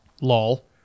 lol